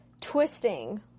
twisting